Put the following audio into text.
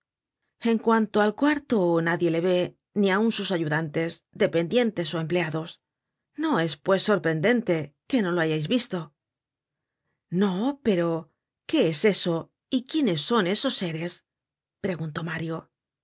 en cuanto al cuarto nadie le ve ni aun sus ayudantes dependientes ó empleados no es pues sorprendente que no lo hayais visto no pero quées eso y quiénes son esos seres preguntó mario